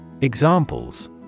Examples